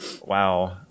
Wow